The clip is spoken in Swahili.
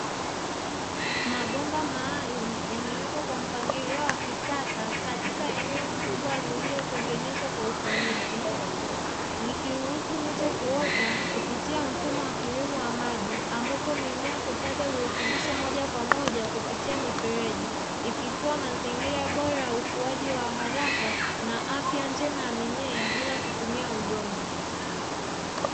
Mabomba maalumu yamewekwa kwa mpangilio wa kisasa katika eneo kubwa lililotengenezwa kwa ufanisi, likiruhusu miche kuota kupitia mfumo wa kilimo cha maji, ambapo mimea hupata virutubishi moja kwa moja kupitia mifereji ikitoa mazingira bora ya ukuaji wa haraka na afya njema ya mimea bila kutumia udongo.